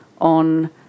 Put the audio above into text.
on